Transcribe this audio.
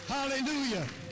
Hallelujah